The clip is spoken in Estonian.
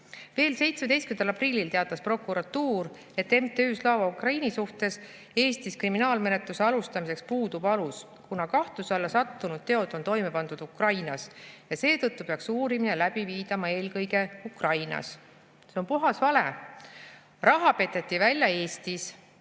Veel 17. aprillil teatas prokuratuur, et MTÜ Slava Ukraini suhtes Eestis kriminaalmenetluse alustamiseks puudub alus, kuna kahtluse alla sattunud teod on toime pandud Ukrainas ja seetõttu peaks uurimine läbi viidama eelkõige Ukrainas. See on puhas vale. Raha peteti välja Eestis,